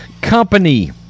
company